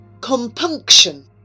Compunction